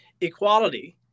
equality